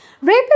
Rape